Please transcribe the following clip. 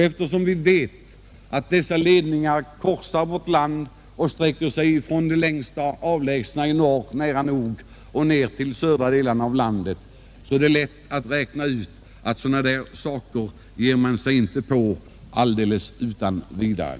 Eftersom dessa ledningar korsar vårt land och sträcker sig från nordligaste Norrland ner till södra delarna av landet är det lätt att räkna ut att sådana saker ger man sig inte på utan vidare.